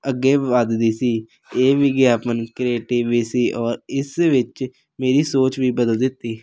ਅੱਗੇ ਵੱਧਦੀ ਸੀ ਇਹ ਵਿਗਿਆਪਨ ਕਰੇਟਿਵ ਵੀ ਸੀ ਔਰ ਇਸ ਵਿੱਚ ਮੇਰੀ ਸੋਚ ਵੀ ਬਦਲ ਦਿੱਤੀ